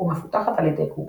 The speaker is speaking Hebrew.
ומפותחת על ידי גוגל.